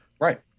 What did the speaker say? Right